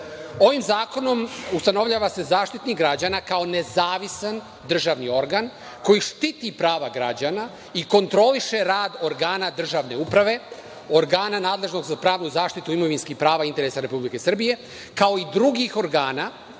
ovim zakonom ustanovljava se Zaštitnik građana kao nezavisan državni organ koji štiti prava građana i kontroliše rad organa državne uprave, organa nadležnog za pravnu zaštitu imovinskih prava i interesa Republike Srbije, kao i drugih organa